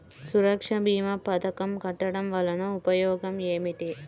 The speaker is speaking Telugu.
సురక్ష భీమా పథకం కట్టడం వలన ఉపయోగం ఏమిటి?